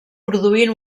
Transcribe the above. produint